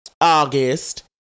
August